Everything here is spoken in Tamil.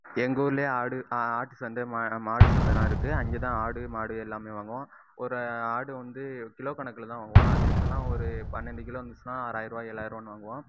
எங்கூரில் ஆடு ஆட்டு சந்தை மாடு சந்தைலாம் இருக்கு அங்கே தான் ஆடு மாடு எல்லாம் வாங்குவோம் ஒரு ஆடு வந்து கிலோ கணக்கில் தான் வாங்குவோம் அது எப்பிடின்னா ஒரு பன்னெண்டு கிலோ வந்துச்சுனா ஆறாயிருபா ஏழாயிருவான்னு வாங்குவோம்